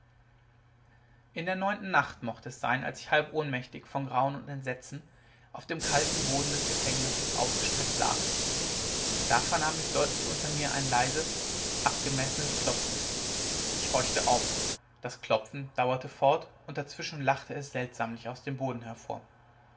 in der neunten nacht mochte es sein als ich halb ohnmächtig von grauen und entsetzen auf dem kalten boden des gefängnisses ausgestreckt lag da vernahm ich deutlich unter mir ein leises abgemessenes klopfen ich horchte auf das klopfen dauerte fort und dazwischen lachte es seltsamlich aus dem boden hervor